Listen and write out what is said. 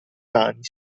mani